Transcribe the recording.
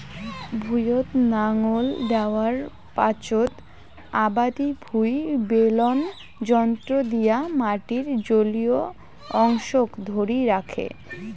ভুঁইয়ত নাঙল দ্যাওয়ার পাচোত আবাদি ভুঁই বেলন যন্ত্র দিয়া মাটির জলীয় অংশক ধরি রাখে